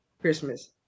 Christmas